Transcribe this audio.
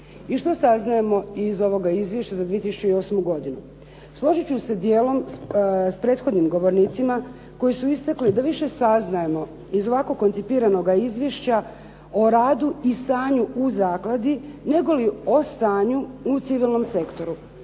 I što saznajemo iz ovoga izvješća za 2008. godinu? Složit ću se dijelom s prethodnim govornicima koji su istakli da više saznajemo iz ovako koncipiranoga izvješća o radu i stanju u zakladi, nego li o stanju u civilnom sektoru.